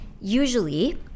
usually